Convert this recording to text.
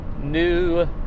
new